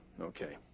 Okay